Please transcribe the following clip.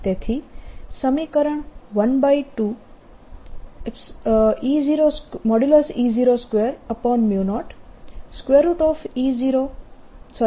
તેથી સમીકરણ 12E02000 થશે